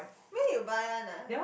where you buy one ah